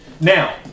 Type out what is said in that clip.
Now